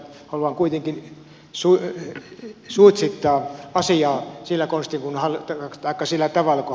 haluan kuitenkin suitsittaa asiaa sillä tavalla kuin hallitus on esittänyt